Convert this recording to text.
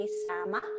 sama